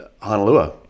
Honolulu